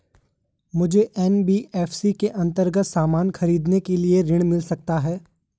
मुझे एन.बी.एफ.सी के अन्तर्गत सामान खरीदने के लिए ऋण मिल सकता है?